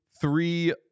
three